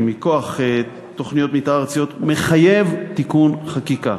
מכוח תוכניות מתאר ארציות מחייב תיקון חקיקה,